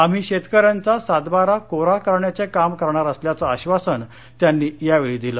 आम्ही शेतकऱ्यांचा सात बारा कोरा करण्याचे काम करणार असल्याचं आश्वासन त्यांनी दिलं